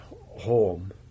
home